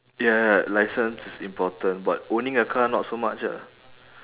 ya ya license is important but owning a car not so much ah